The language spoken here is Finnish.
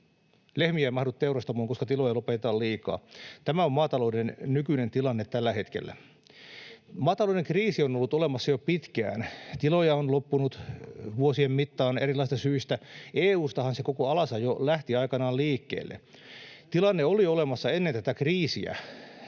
Lehmiä ei mahdu teurastamoon, koska tiloja lopetetaan liikaa. Tämä on maatalouden nykyinen tilanne tällä hetkellä. Maatalouden kriisi on ollut olemassa jo pitkään. Tiloja on loppunut vuosien mittaan erilaisista syistä. EU:stahan se koko alasajo lähti aikanaan liikkeelle. Tilanne oli olemassa ennen tätä kriisiä.